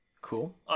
Cool